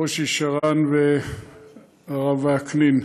ברושי, שרן והרב וקנין.